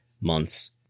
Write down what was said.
months